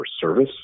service